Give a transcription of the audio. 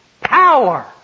power